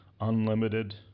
unlimited